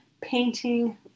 painting